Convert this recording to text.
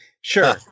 Sure